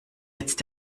jetzt